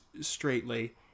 straightly